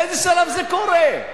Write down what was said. באיזה שלב זה קורה?